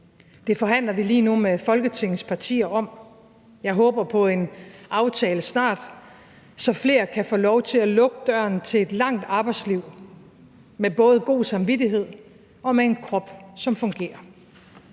Det forhandler vi lige nu med Folketingets partier om. Jeg håber på en aftale snart, så flere kan få lov til at lukke døren til et langt arbejdsliv med både god samvittighed og en krop, som fungerer.